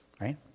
Right